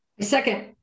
Second